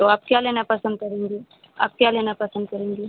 तो आप क्या लेना पसंद करेंगी आप क्या लेना पसंद करेंगी